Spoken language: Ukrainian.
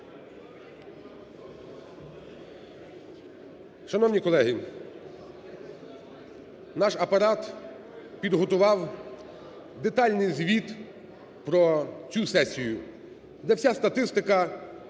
Шановні колеги! Наш Апарат підготував детальний звіт про цю сесію, де вся статистика, де вся